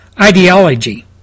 ideology